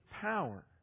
power